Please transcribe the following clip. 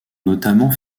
notamment